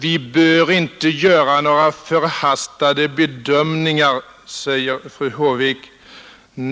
Vi bör inte göra några förhastade bedömningar, säger fru Håvik vidare.